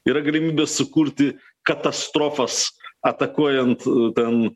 yra galimybė sukurti katastrofas atakuojant ten